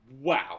wow